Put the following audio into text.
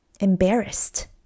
embarrassed